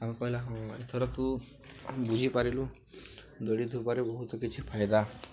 ଆମେ କହିଲା ହ ଏଥର ତୁ ବୁଝିପାରିଲୁ ଦୌଡ଼ିଥିବାରୁ ବହୁତ କିଛି ଫାଇଦା